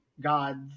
gods